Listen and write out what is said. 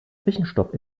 zwischenstopp